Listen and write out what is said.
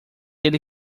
ele